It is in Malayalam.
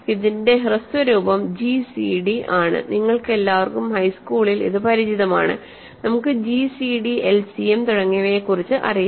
ഇതിന്റെ ഹ്രസ്വ രൂപം ജിസിഡി ആണ് നിങ്ങൾക്കെല്ലാവർക്കും ഹൈസ്കൂളിൽ നിന്ന് ഇത് പരിചിതമാണ് നമുക്ക് ജിസിഡി എൽസിഎം തുടങ്ങിയവയെക്കുറിച്ച് അറിയാം